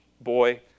boy